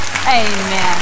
amen